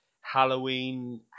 Halloween